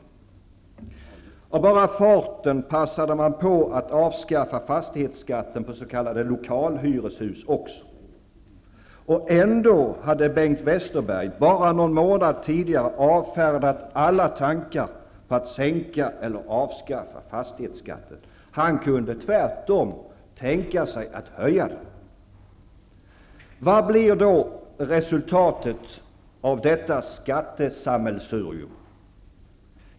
Av bara farten passade man på att avskaffa fastighetsskatten på s.k. lokalhyreshus också. Och ändå hade Bengt Westerberg bara någon månad tidigare avfärdat alla tankar på att sänka eller avskaffa fastighetsskatten. Han kunde tvärtom tänka sig att höja den. Vad blir då resultatet av detta skattesammelsurium?